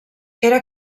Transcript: era